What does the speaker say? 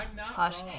Hush